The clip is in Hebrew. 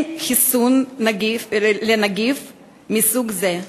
אין חיסון לנגיף מסוג זה,